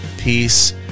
peace